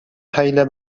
хәйлә